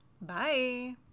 Bye